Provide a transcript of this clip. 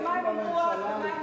ומה הם אמרו אז.